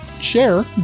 share